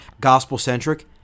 gospel-centric